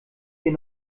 hier